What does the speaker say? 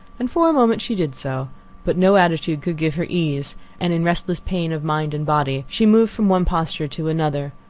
and for a moment she did so but no attitude could give her ease and in restless pain of mind and body she moved from one posture to another,